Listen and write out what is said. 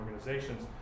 organizations